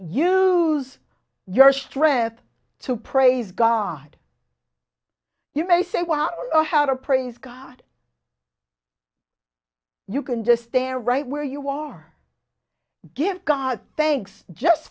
use your strength to praise god you may say well how to praise god you can just stand right where you are give god thanks just